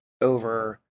over